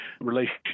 relationship